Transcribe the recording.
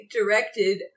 directed